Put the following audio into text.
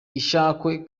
ishakwe